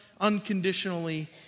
unconditionally